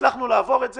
הצלחנו לעבור את זה,